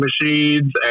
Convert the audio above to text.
machines